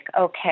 okay